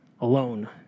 alone